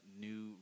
new